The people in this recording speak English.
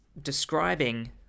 describing